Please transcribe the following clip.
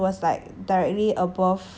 那个叫什么 ah pavilion